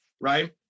right